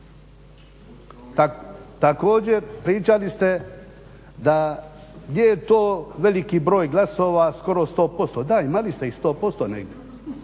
Također pričali ste gdje je to veliki broj glasova skoro 100%. Da, imali ste ih 100%. Gdje